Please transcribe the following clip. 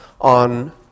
on